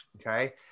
okay